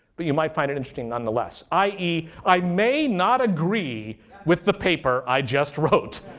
but you might find it interesting nonetheless. i e, i may not agree with the paper i just wrote.